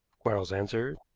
quarles answered.